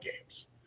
games